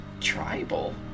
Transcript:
tribal